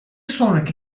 sonraki